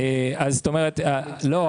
לא,